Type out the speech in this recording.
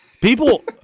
People